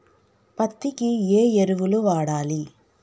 పత్తి కి ఏ ఎరువులు వాడాలి?